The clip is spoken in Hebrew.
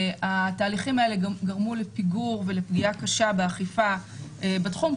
התהליכים האלה גרמו לפיגור ולפגיעה קשה באכיפה בתחום,